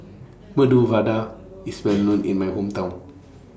Medu Vada IS Well known in My Hometown